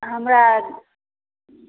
हमरा